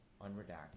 unredacted